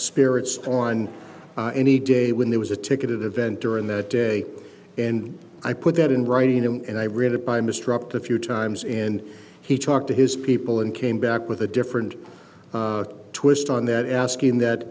spirits on any day when there was a ticket event during that day and i put that in writing and i read it by mr up the few times and he talked to his people and came back with a different twist on that asking that